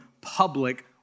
public